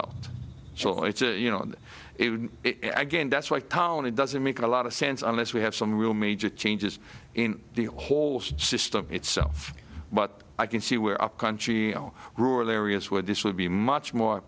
up so it's you know again that's why colony doesn't make a lot of sense unless we have some real major changes in the whole system itself but i can see where our country all rural areas where this would be much more